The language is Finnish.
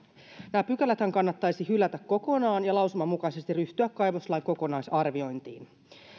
nämä pykäläthän kannattaisi hylätä kokonaan ja lausuman mukaisesti ryhtyä kaivoslain kokonaisarviointiin